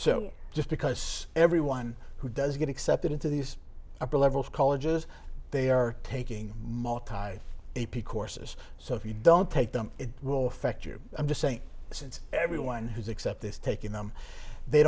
so just because everyone who does get accepted into these upper levels colleges they are taking more time a p courses so if you don't take them it will affect you i'm just saying since everyone who's except this taking them they